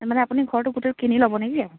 মানে আপুনি ঘৰটো গোটেইতো কিনি ল'ব নে কি